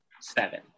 seven